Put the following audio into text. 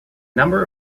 number